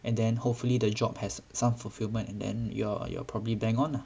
and then hopefully the job has some fulfillment and then you're you're probably bend on lah